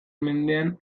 mendean